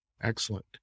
Excellent